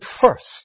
first